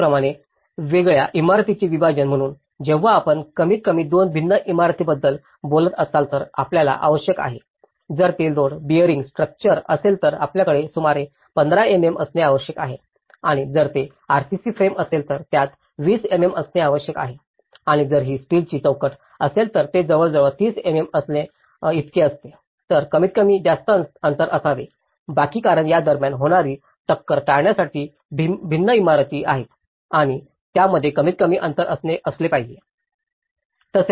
त्याचप्रमाणे वेगळ्या इमारतींचे विभाजन म्हणून जेव्हा आपण कमीतकमी दोन भिन्न इमारतींबद्दल बोलत असाल तर आपल्याला आवश्यक आहे जर ते लोड बेअरिंग स्ट्रक्चर असेल तर आपल्याकडे सुमारे 15 mm असणे आवश्यक आहे आणि जर ते आरसीसी फ्रेम असेल तर त्यात 20 mm असणे आवश्यक आहे आणि जर ही स्टीलची चौकट असेल तर ते जवळजवळ 30 mm इतके असेल तर कमीतकमी जास्त अंतर असावे बाकी कारण या दरम्यान होणारी टक्कर टाळण्यासाठी भिन्न इमारती आहेत आणि त्यामध्ये कमीतकमी अंतर असले पाहिजे